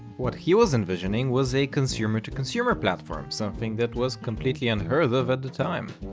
what he was envisioning was a consumer-to-consumer platform, something that was completely unheard of at the time.